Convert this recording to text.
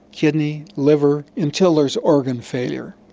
kidney, liver, until there is organ failure.